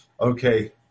Okay